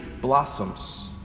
blossoms